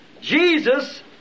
Jesus